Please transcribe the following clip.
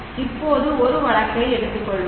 இப்போது ஒரு வழக்கை எடுத்துக் கொள்வோம்